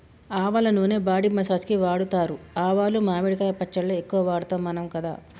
ఆవల నూనె body massage కి వాడుతారు ఆవాలు మామిడికాయ పచ్చళ్ళ ఎక్కువ వాడుతాం మనం కదా